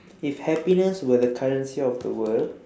if happiness were the currency of the world